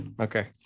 okay